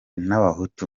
n’abahutu